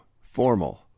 formal